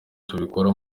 tubikora